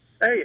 hey